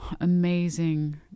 amazing